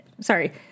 sorry